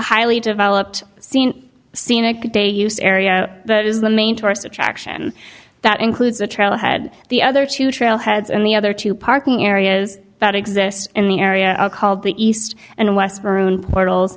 highly developed scene scenic a day use area that is the main tourist attraction that includes a trail head the other two trail heads and the other two parking areas that exist in the area called the east and west our own portals